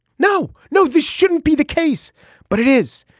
no no. this shouldn't be the case but it is.